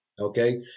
okay